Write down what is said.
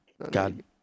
God